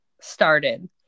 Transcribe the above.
started